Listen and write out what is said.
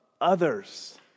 others